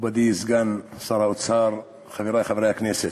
מכובדי סגן שר האוצר, חברי חברי הכנסת,